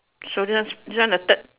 so this this one the third